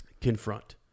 confront